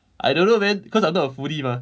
I don't know man because I'm not a foodie mah